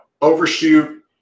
overshoot